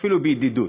אפילו בידידות: